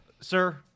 Sir